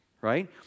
right